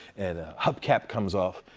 and a hubcap comes off,